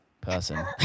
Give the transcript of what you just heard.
person